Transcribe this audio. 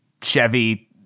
Chevy